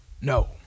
No